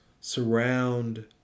surround